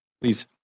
please